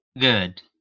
Good